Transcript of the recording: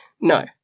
No